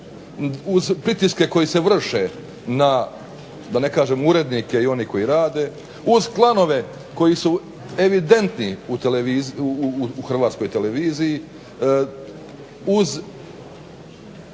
uz pritiske koji se vrše na da ne kažem urednike i oni koji rade uz klanove koji su evidentni u Hrvatskoj televiziji, uz